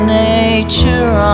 nature